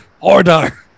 Order